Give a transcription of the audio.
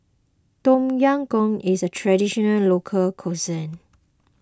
Tom Yam Goong is a Traditional Local Cuisine